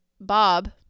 Bob